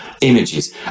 images